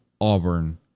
Auburn